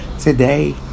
Today